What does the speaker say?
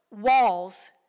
walls